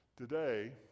Today